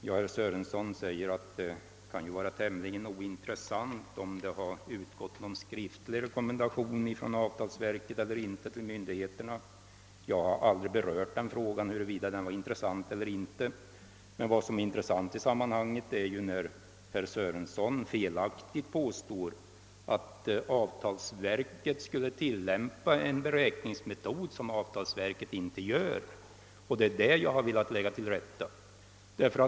Herr talman! Herr Sörenson säger att det är tämligen ointressant om någon skriftlig rekommendation har utgått från avtalsverket till myndigheterna eller inte. Den saken har jåäg aldrig berört, men vad som är intressant är när herr Sörenson felaktigt påstår att avtalsverket skulle tillämpa en beräkningsmetod som man i själva verket inte använder.